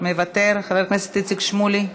מוותר, חבר איציק שמולי,